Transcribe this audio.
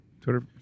twitter